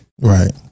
Right